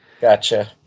Gotcha